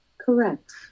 Correct